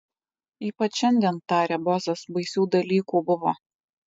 ypač šiandien tarė bozas baisių dalykų buvo